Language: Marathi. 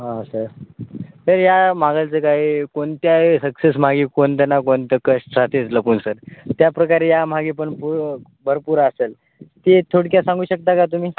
हा सर सर या मागायलचं काही कोणत्याही सक्सेस मागे कोणतं ना कोणतं कष्ट जातेच लागून सर त्याप्रकारे यामागे पण प भरपूर असेल ते थोडक्यात सांगू शकता का तुम्ही